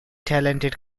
talented